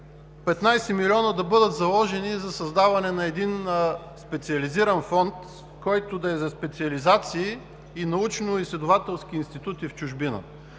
15 млн. лв. да бъдат заложени за създаването на един специализиран фонд, който да е за специализации в научноизследователски институти в чужбина.